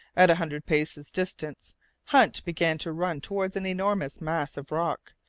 at a hundred paces distance hunt began to run towards an enormous mass of rock,